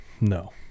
no